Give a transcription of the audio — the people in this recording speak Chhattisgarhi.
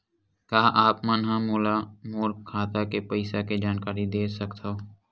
का आप मन ह मोला मोर खाता के पईसा के जानकारी दे सकथव?